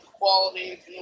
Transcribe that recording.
quality